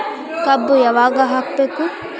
ಕಬ್ಬು ಯಾವಾಗ ಹಾಕಬೇಕು?